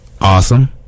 awesome